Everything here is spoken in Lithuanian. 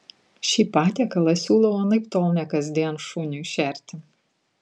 šį patiekalą siūlau anaiptol ne kasdien šuniui šerti